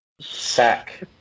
Sack